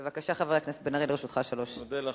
בבקשה, חבר הכנסת מיכאל בן-ארי, לרשותך שלוש דקות.